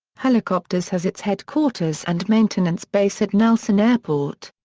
helicopters has its headquarters and maintenance base at nelson airport.